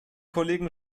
kollegen